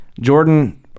Jordan